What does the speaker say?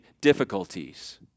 difficulties